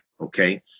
okay